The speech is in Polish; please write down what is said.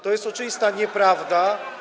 To jest oczywista nieprawda.